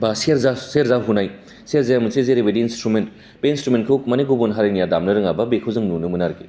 बा सेरजा सेरजा हुनाय सेरजाया मोनसे जेरैबायदि इनट्रुमिन बे इनट्रुमिनखौ मानि गुबुन हारिनिया दामनो रोङा बेखौ जों निनो मोनो आरोखि